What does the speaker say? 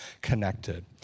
connected